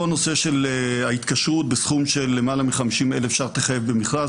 אותו נושא של ההתקשרות בסכום של למעלה מ-50,000 ₪ תחייב במכרז,